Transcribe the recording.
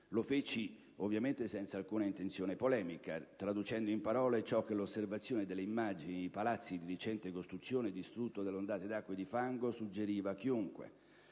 lo feci ovviamente senza alcuna intenzione polemica, traducendo in parole ciò che l'osservazione delle immagini dei palazzi di recente costruzione distrutti dalle ondate di acqua e di fango suggeriva a chiunque.